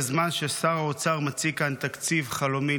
בזמן ששר האוצר מציג כאן תקציב חלומי,